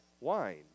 wine